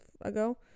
ago